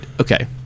Okay